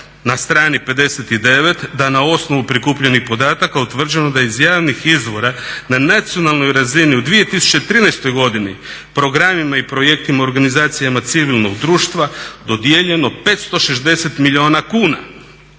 na strani 59.da na osnovu prikupljenih podataka utvrđeno da iz javnih izvora na nacionalnoj razini u 2013.godini programima i projektima u organizacijama civilnog društva dodijeljeno 560 milijuna kuna